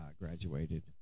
Graduated